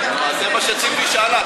זה מה שציפי שאלה,